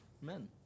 men